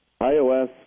iOS